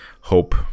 hope